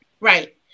Right